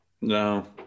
No